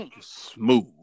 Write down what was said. smooth